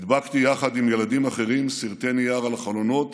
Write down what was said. הדבקתי יחד עם ילדים אחרים סרטי נייר על החלונות